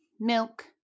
milk